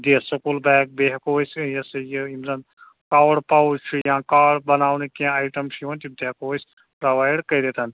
دِتھ school bag بیٚیہِ ہٮ۪کو أسۍ یہِ ہسا یہِ یِم زَن پاور پاوُچ چھُ یا کارڈ بَناونہٕ کیٚنٛہہ آیٹم چھِ یِوان تِم تہِ ہٮ۪کو أسۍ پرٛووایڈ کٔرِتھ